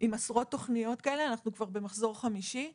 עם עשרות תוכניות כאלה ואנחנו כבר במחזור החמישי עכשיו,